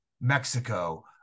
Mexico